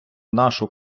нашу